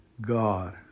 God